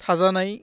थाजानाय